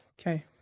Okay